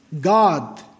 god